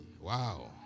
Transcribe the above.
Wow